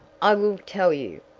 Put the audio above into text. i will tell you.